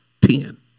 Ten